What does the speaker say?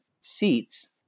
seats